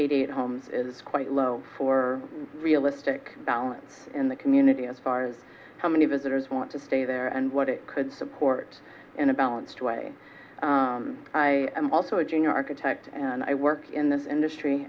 eight homes is quite low for a realistic balance in the community as far as how many visitors want to stay there and what it could support in a balanced way i am also a junior architect and i work in this industry